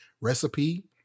recipe